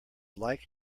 like